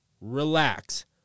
Relax